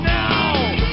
now